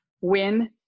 win